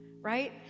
right